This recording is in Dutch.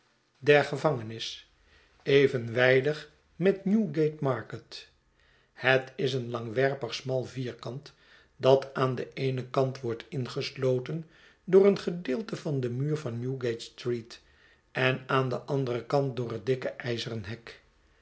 kwamen gevangenis evenwijdig met new gate mark e t het is een langwerpig smal vierkant dat aan den eenen kant wordt ingesloten door een gedeelte van den muur van newgate-street en aan den anderen kant door het dikke ijzeren hek